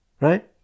right